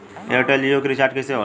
Airtel Jio के रिचार्ज कैसे होला?